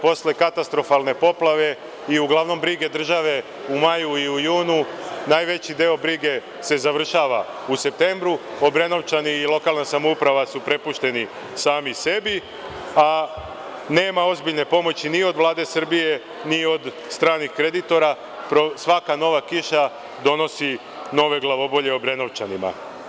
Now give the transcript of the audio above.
Posle katastrofalne poplave i uglavnom brige države u maju i u junu najveći deo brige se završava u septembru, Obrenovčani i lokalna samouprava su prepušteni sami sebi, a nema ozbiljne pomoći ni od Vlade Srbije ni od stranih kreditora, svaka nova kiša donosi nove glavobolje Obrenovčanima.